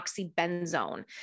oxybenzone